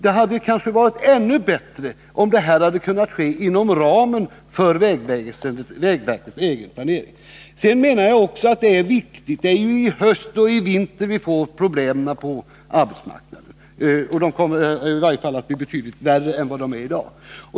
Det hade kanske varit ännu bättre om de hade kunnat sättas in inom ramen för vägverkets egen planering. Det är vidare i höst och i vinter som vi får problemen på arbetsmarknaden. De kommer i varje fall att bli betydligt värre än vad de är i dag.